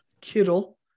Kittle